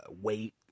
weight